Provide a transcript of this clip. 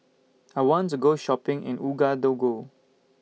I want to Go Shopping in Ouagadougou